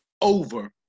over